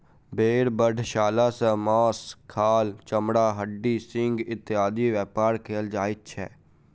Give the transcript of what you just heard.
भेंड़ बधशाला सॅ मौस, खाल, चमड़ा, हड्डी, सिंग इत्यादिक व्यापार कयल जाइत छै